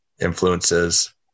influences